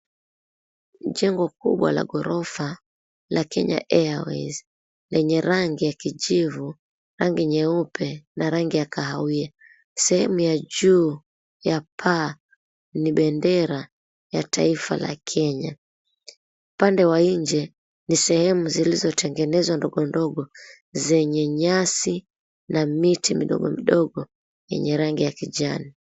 Jengo kubwa la ghorofa la Kenya Airways lenye rangi ya kijivu, rangi nyeupe na rangi ya kahawia. Sehemu ya juu ya paa ni bendera ya taifa la Kenya. Upande wa nje ni sehemu zilizotengenezwa ndogo ndogo zenye nyasi na miti midogo midogo yenye rangi ya kijani.